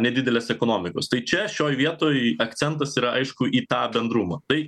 nedidelės ekonomikos tai čia šioj vietoj akcentas yra aišku į tą bendrumą tai